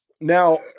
Now